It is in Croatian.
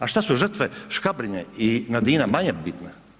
A šta su žrtve Škabrnje i Nadina manje bitne?